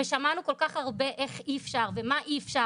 ושמענו כל כך הרבה איך אי אפשר ומה אי אפשר.